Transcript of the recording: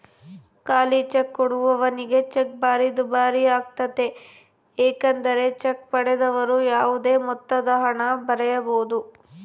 ಖಾಲಿಚೆಕ್ ಕೊಡುವವನಿಗೆ ಚೆಕ್ ಭಾರಿ ದುಬಾರಿಯಾಗ್ತತೆ ಏಕೆಂದರೆ ಚೆಕ್ ಪಡೆದವರು ಯಾವುದೇ ಮೊತ್ತದಹಣ ಬರೆಯಬೊದು